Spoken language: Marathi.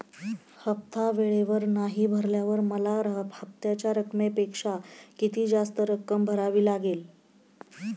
हफ्ता वेळेवर नाही भरल्यावर मला हप्त्याच्या रकमेपेक्षा किती जास्त रक्कम भरावी लागेल?